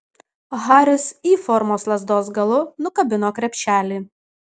haris y formos lazdos galu nukabino krepšelį